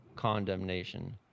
condemnation